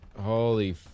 Holy